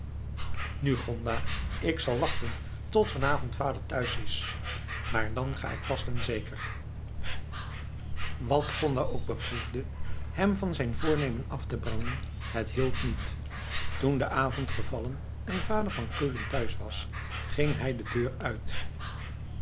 nu gonda ik zal dan wachten tot vanavond vader thuis is maar dan ga ik vast en zeker wat gonda ook beproefde hem van zijn voornemen af te brengen het hielp niet toen de avond gevallen en vader van keulen thuis was ging hij de deur uit